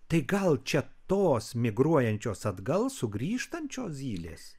tai gal čia tos migruojančios atgal sugrįžtančios zylės